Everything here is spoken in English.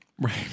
Right